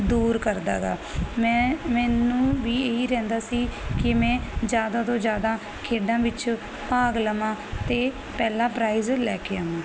ਦੂਰ ਕਰਦਾ ਗਾ ਮੈਂ ਮੈਨੂੰ ਵੀ ਇਹੀ ਰਹਿੰਦਾ ਸੀ ਕਿ ਮੈਂ ਜਿਆਦਾ ਤੋਂ ਜਿਆਦਾ ਖੇਡਾਂ ਵਿੱਚ ਭਾਗ ਲਵਾਂ ਤੇ ਪਹਿਲਾਂ ਪ੍ਰਾਈਜ ਲੈ ਕੇ ਆਵਾਂ